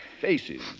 faces